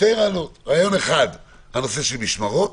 רעיון אחד, הנושא של משמרות,